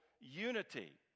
unity